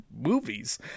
movies